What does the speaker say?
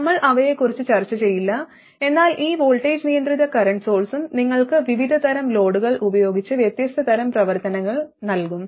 നമ്മൾ അവയെക്കുറിച്ച് ചർച്ച ചെയ്യില്ല എന്നാൽ ഈ വോൾട്ടേജ് നിയന്ത്രിത കറന്റ് സോഴ്സും നിങ്ങൾക്ക് വിവിധതരം ലോഡുകൾ ഉപയോഗിച്ച് വ്യത്യസ്ത തരം പ്രവർത്തനങ്ങൾ നൽകും